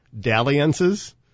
dalliances